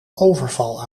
overval